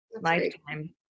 Lifetime